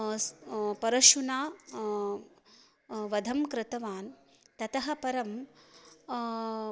परशुना वधं कृतवान् ततः परं